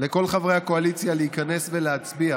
לכל חברי הקואליציה להיכנס ולהצביע